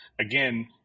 again